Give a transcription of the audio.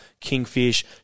kingfish